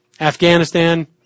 Afghanistan